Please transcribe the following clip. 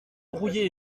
brouillés